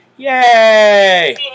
Yay